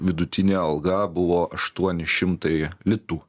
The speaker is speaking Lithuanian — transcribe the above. vidutinė alga buvo aštuoni šimtai litų